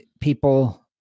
people